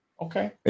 Okay